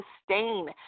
sustain